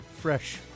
Fresh